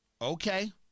Okay